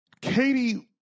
Katie